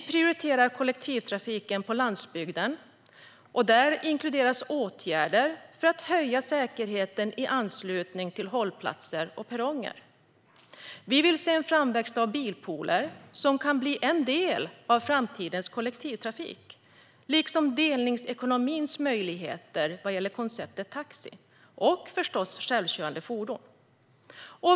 Vi prioriterar kollektivtrafiken på landsbygden, och där inkluderas åtgärder för att höja säkerheten i anslutning till hållplatser och perronger. Vi vill se en framväxt av bilpooler, som kan bli en del av framtidens kollektivtrafik. Det handlar också om delningsekonomins möjligheter vad gäller konceptet taxi. Det gäller förstås också självkörande fordon.